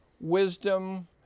wisdom